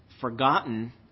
forgotten